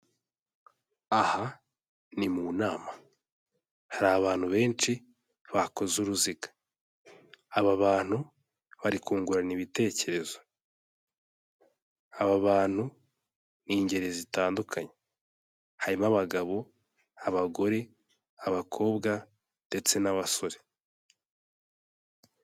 Aha ni mu nama, hari abantu benshi bakoze uruziga, aba bantu bari kungurana ibitekerezo, aba bantu ni ingeri zitandukanye harimo abagabo, abagore, abakobwa ndetse n'abasore.